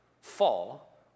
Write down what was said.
fall